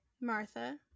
Martha